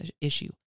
issue